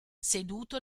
seduto